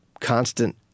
constant